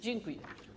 Dziękuję.